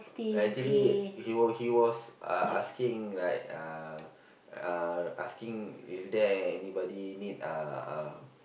actually he he was uh asking like uh uh asking is there anybody need uh uh